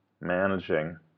managing